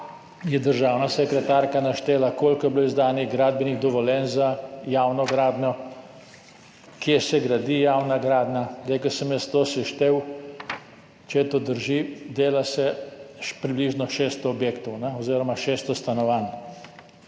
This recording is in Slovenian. je državna sekretarka naštela, koliko je bilo izdanih gradbenih dovoljenj za javno gradnjo, kje se gradi javna gradnja. Ko sem jaz to seštel, če to drži, dela se približno 600 objektov oziroma 600 stanovanj